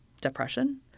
depression